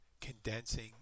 condensing